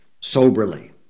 soberly